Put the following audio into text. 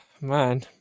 man